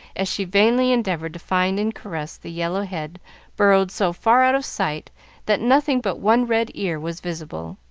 as she vainly endeavored to find and caress the yellow head burrowed so far out of sight that nothing but one red ear was visible.